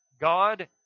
God